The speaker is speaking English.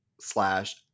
slash